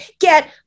Get